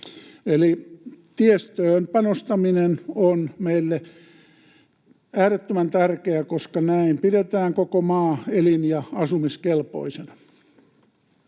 Eli tiestöön panostaminen on meille äärettömän tärkeää, koska näin pidetään koko maa elin‑ ja asumiskelpoisena.